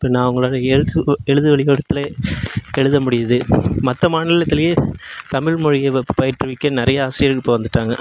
இப்போ நான் அவங்களால எழுத்து வ எழுத வடிவத்திலேயே எழுத முடியுது மற்ற மாநிலத்துலேயே தமிழ்மொழியை வ பயிற்றுவிக்க நிறையா ஆசிரியர்கள் இப்போ வந்துவிட்டாங்க